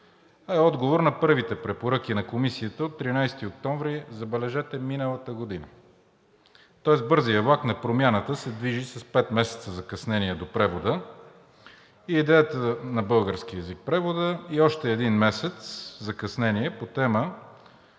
отговор на първите препоръки на Комисията от 13 октомври, забележете, миналата година. Тоест бързият влак на промяната се движи с пет месеца закъснение до превода на български език и още един месец закъснение по тема,